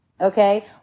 okay